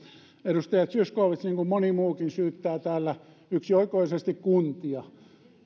edustaja zyskowicz niin kuin moni muukin syyttää täällä yksioikoisesti kuntia